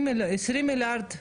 20 מיליארד בשנה.